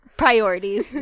Priorities